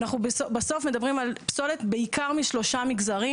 אנחנו בסוף מדברים על פסולת בעיקר משלושה מגזרים